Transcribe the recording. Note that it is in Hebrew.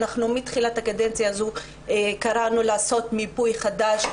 אנחנו מתחילת הקדנציה הזו קראנו לעשות מיפוי חדש,